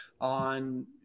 on